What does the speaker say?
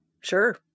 sure